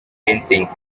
painting